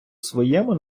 своєму